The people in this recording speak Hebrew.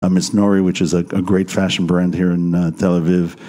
A miss Nori, which is a great fashion brand here in Tel Aviv.